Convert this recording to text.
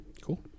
Cool